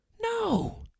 No